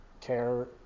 care